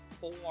four